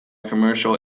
commercial